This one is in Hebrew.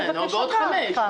או בעוד חמש שנים.